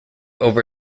over